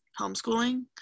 homeschooling